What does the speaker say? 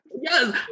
Yes